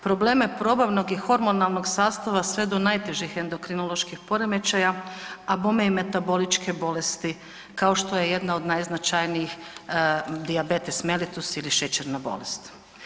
Probleme probavnog i hormonalnog sastava sve do najtežih endokrinoloških poremećaja, a bome i metaboličke bolesti kao što je jedna od najznačajnijih dijabetes melitus ili šećerna bolest.